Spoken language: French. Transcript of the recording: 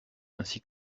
ainsi